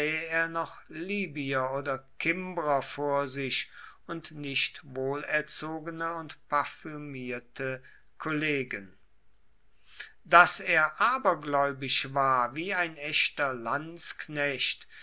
noch libyer oder kimbrer vor sich und nicht wohlerzogene und parfümierte kollegen daß er abergläubisch war wie ein echter lanzknecht